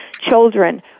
children